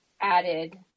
added